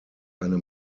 eine